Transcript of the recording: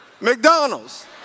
McDonald's